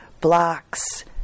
blocks